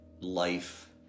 life